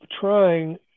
trying